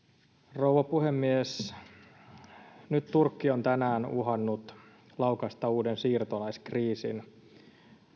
rouva puhemies turkki on tänään uhannut laukaista uuden siirtolaiskriisin